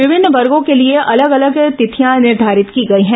विभिन्न वर्गो के लिए अलग अलग तिथियां निर्घारित की गई हैं